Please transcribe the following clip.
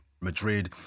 Madrid